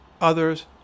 Others